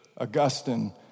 Augustine